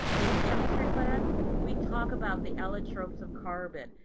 in chemistry class we talk about the allotropes of carbon,